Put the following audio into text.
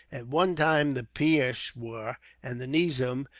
at one time the peishwar and the nizam,